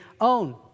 own